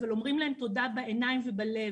אבל אומרים להם תודה בעיניים ובלב.